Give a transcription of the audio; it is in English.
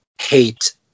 hate